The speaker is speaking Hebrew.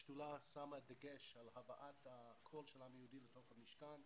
השדולה שמה דגש על הבאת הקול של העם היהודי לתוך המשכן.